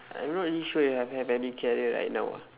I not really sure I if have any career right now ah